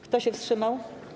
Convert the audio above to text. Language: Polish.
Kto się wstrzymał?